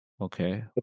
Okay